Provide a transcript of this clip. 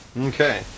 Okay